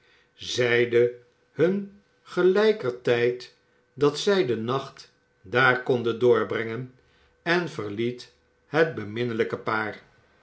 zeide hun te gelijker tijd dat zij den nacht daar konden doorbrengen en verliet het beminnelijke paar